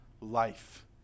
life